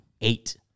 Eight